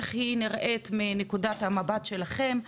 איך היא נראית מנקודת המבט שלכם,